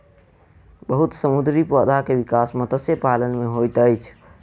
बहुत समुद्री पौधा के विकास मत्स्य पालन सॅ होइत अछि